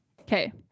Okay